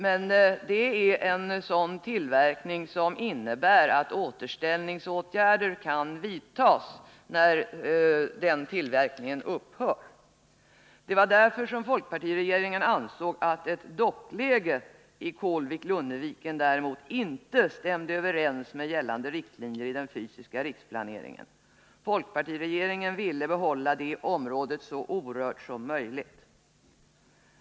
Men det är en tillverkning som innebär att återställningsåtgärder kan vidtas när tillverkningen upphör. Folkpartiregeringen ansåg därför att ett dockläge i Kålvik-Lunneviken inte stämde överens med gällande riktlinjer i den fysiska riksplaneringen. Folkpartiregeringen ville behålla detta område så orört som möjligt.